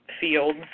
field